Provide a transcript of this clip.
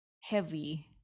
heavy